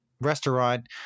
restaurant